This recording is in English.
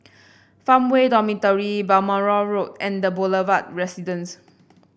Farmway Dormitory Balmoral Road and The Boulevard Residence